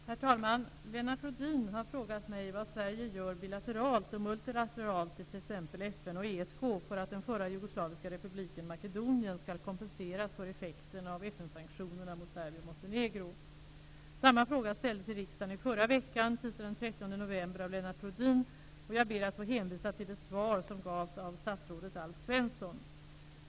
Herr talman! Lennart Rohdin har frågat mig vad Sverige gör bilateralt och multilateralt i t.ex. FN och ESK för att den förra jugoslaviska republiken Makedonien skall kompenseras för effekterna av Samma fråga ställdes i riksdagen i förra veckan av Lennart Rohdin, och jag ber att få hänvisa till det svar som gavs av statsrådet Alf Svensson.